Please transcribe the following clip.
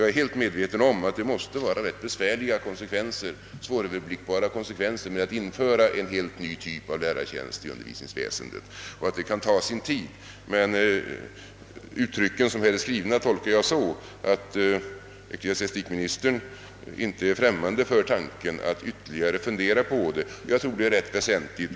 Jag är emellertid fullt på det klara med att det måste föranleda ganska besvärliga och svåröverblickbara konsekvenser att införa en helt ny typ av lärartjänst i undervisningsväsendet samt att det kan ta sin tid. Men jag tolkar innebörden av det skrivna så att ecklesiastikministern inte är främmande för tanken att fundera på saken ytterligare. Det tror jag också är rätt väsentligt.